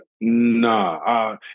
nah